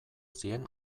zien